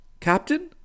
Captain